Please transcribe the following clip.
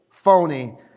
Phony